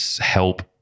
help